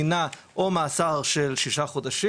דינה או מאסר של שישה חודשים,